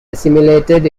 assimilated